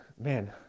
man